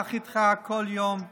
קח איתך כל יום תהילים.